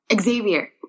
Xavier